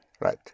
Right